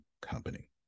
company